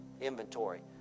Inventory